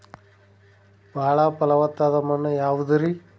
ಬಾಳ ಫಲವತ್ತಾದ ಮಣ್ಣು ಯಾವುದರಿ?